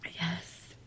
Yes